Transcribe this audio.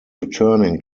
returning